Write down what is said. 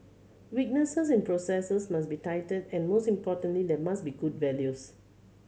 weaknesses in processes must be tightened and most importantly there must be good values